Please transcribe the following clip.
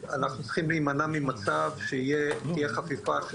אנחנו צריכים להימנע ממצב שתהיה חפיפה של